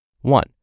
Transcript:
One